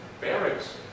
barracks